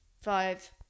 five